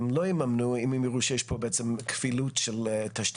הם לא יממנו אם הם ייראו שיש פה בעצם כפילות של תשתיות.